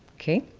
okay?